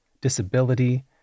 disability